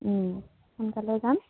ও সোনকালে যাম